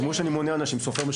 כמו שאני מונה אנשים "סופר",